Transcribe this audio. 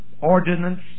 ordinance